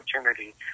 opportunity